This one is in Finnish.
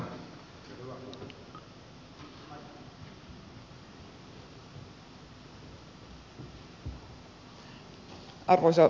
arvoisa puhemies